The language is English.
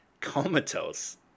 comatose